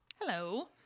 Hello